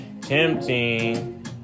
tempting